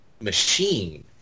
machine